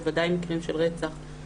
בוודאי מקרים של רצח,